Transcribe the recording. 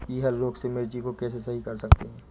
पीहर रोग से मिर्ची को कैसे सही कर सकते हैं?